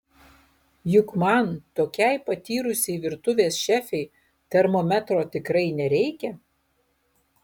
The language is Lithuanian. juk man tokiai patyrusiai virtuvės šefei termometro tikrai nereikia